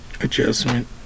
Adjustment